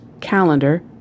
Calendar